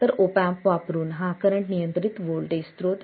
तर op amp वापरुन हा करंट नियंत्रित व्होल्टेज स्त्रोत आहे